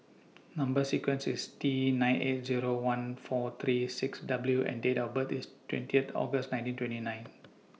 Number sequence IS T nine eight Zero one four three six W and Date of birth IS twenty August nineteen twenty nine